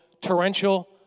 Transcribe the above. torrential